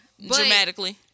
Dramatically